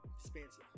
Expensive